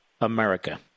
America